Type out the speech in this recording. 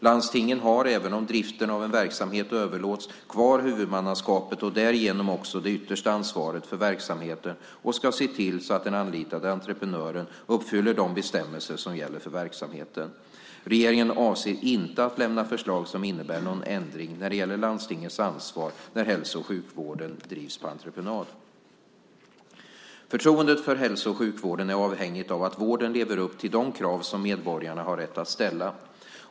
Landstingen har, även om driften av en verksamhet överlåts, kvar huvudmannaskapet och därigenom också det yttersta ansvaret för verksamheten och ska se till att den anlitade entreprenören uppfyller de bestämmelser som gäller för verksamheten. Regeringen avser inte att lämna förslag som innebär någon ändring när det gäller landstingens ansvar när hälso och sjukvård drivs på entreprenad. Förtroendet för hälso och sjukvården är avhängigt av att vården lever upp till de krav som medborgarna har rätt att ställa.